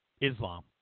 Islam